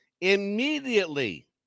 immediately